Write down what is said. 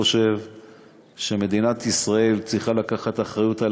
חושב שמדינת ישראל צריכה לקחת אחריות על